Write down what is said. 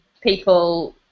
people